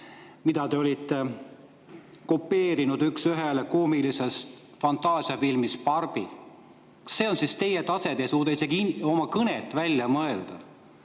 mille te olite kopeerinud üks ühele koomilisest fantaasiafilmist "Barbie". See on siis teie tase, te ei suuda isegi oma kõnet välja mõelda.